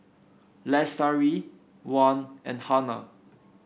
Lestari Wan and Hana